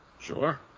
Sure